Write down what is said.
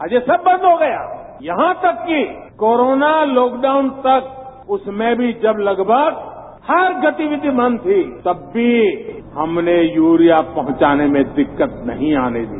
आज यह सब बंद हो गया यहां तक की कोरोना लॉक डाउन तक उसमें भी जब लगभग हर गतिविधि बन्द थी तब भी हमने यूरिया पहुंचाने में दिक्कत नहीं आने दी